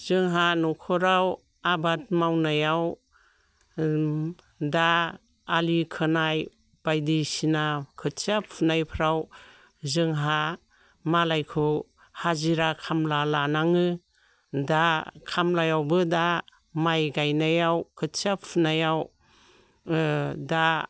जोंहा न'खराव आबाद मावनायाव दा आलि खोनाय बायदि सिना खोथिया फुनायफ्राव जोंहा मालायखौ हाजिरा खामला लानाङो दा खामलायावबो दा माइ गायनायाव खोथिया फुनायाव ओ दा